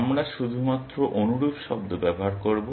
আমরা শুধুমাত্র অনুরূপ শব্দ ব্যবহার করব